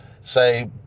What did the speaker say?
say